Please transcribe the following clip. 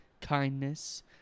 kindness